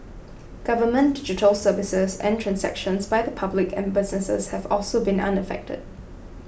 government digital services and transactions by the public and businesses have also been unaffected